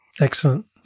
Excellent